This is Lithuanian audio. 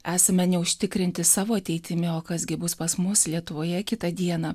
esame neužtikrinti savo ateitimi o kas gi bus pas mus lietuvoje kitą dieną